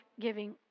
giving